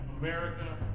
America